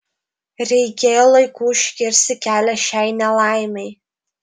reikėjo laiku užkirsti kelią šiai nelaimei